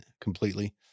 completely